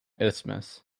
isthmus